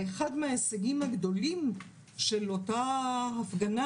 אחד מההישגים הגדולים של אותה הפגנה,